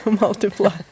multiply